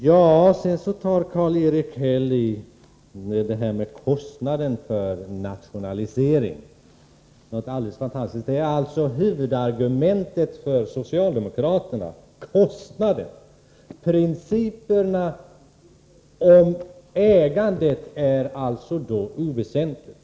Karl-Erik Häll tar i något alldeles fantastiskt när det gäller spörsmålet om kostnaden för en nationalisering. Kostnaden är alltså socialdemokraternas huvudargument. Principerna när det gäller ägandet är alltså oväsentliga.